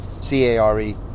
C-A-R-E